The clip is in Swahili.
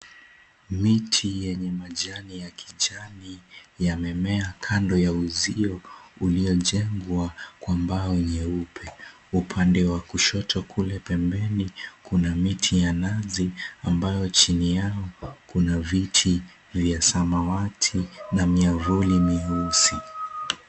Miti yenye majani ya kijani yamemea kando ya uzio uliojengwa kwa mbao nyeupe. Upande wa kushoto kule pembeni, kuna miti ya nazi ambayo chini yao kuna viti vya samawati na miavuli mieusi.